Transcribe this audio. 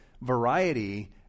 variety